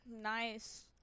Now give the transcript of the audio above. nice